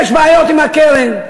יש בעיות עם הקרן,